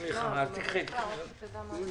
קרן.